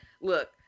look